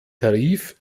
tarif